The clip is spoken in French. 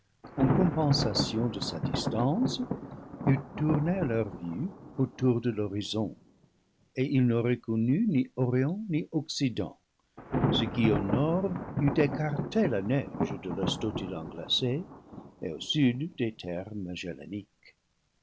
en compensation de sa distance eût tourné à leur vue autour de l'horizon et ils n'auraient connu ni orient ni occident ce qui au nord eût écarté la neige de l'estotiland glacé et au sud des terres